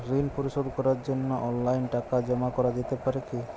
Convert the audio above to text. ঋন পরিশোধ করার জন্য অনলাইন টাকা জমা করা যেতে পারে কি?